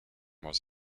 was